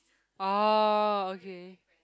oh okay